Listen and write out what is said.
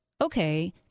okay